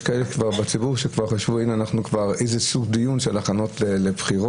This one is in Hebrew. אבל יש כאלה בציבור שחשבו שזה איזה סוג דיון של הכנות לבחירות.